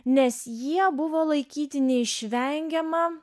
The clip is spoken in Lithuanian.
nes jie buvo laikyti neišvengiama